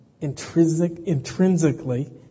intrinsically